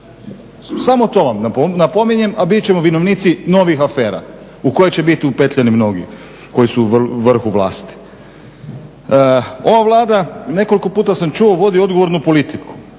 Samo to vam napominjem, a bit ćemo … novih afera u koje će biti upetljani mnogi koji su u vrhu vlasti. Ova Vlada, nekoliko puta sam čuo, vodi odgovornu politiku.